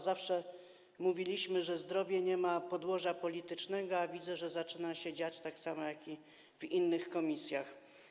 Zawsze mówiliśmy, że zdrowie nie ma podłoża politycznego, a widzę, że zaczyna się dziać to samo, co w innych komisjach.